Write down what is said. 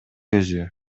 өзү